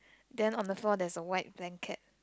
then on the floor there's a white blanket